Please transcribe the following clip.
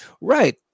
Right